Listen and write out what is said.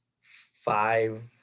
five